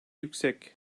yüksek